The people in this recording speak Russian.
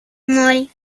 ноль